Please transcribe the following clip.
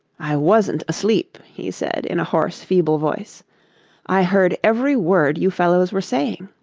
i wasn't asleep he said in a hoarse, feeble voice i heard every word you fellows were saying